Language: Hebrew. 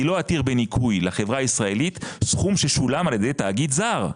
אני לא אתיר בניכוי לחברה הישראלית סכום ששולם על ידי תאגיד זר.